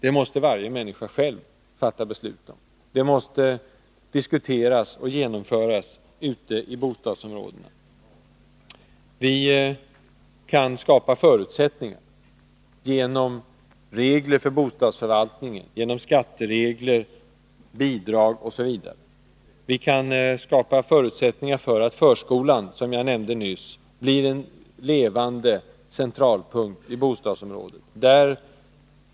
Det måste varje människa själv fatta beslut om. Det måste diskuteras och genomföras ute i bostadsområdena. Vi kan skapa förutsättningar genom regler för bostadsförvaltningen, genom skatteregler, bidrag osv. Vi kan skapa förutsättningar för att göra förskolan, som jag nämnde nyss, till en levande centralpunkt i bostadsområdet.